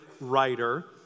writer